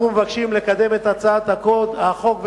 אנחנו מבקשים לקדם את הצעת החוק,